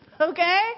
Okay